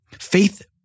Faith